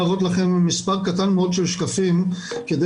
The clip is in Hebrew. להראות לכם במספר קטן מאוד של שקפים כדי